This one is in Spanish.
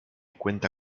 cuenta